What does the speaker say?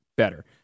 better